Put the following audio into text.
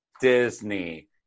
Disney